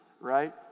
right